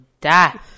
die